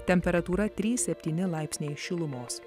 temperatūra trys septyni laipsniai šilumos